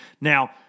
now